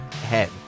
head